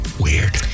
Weird